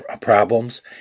problems